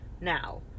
now